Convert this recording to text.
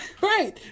right